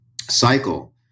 cycle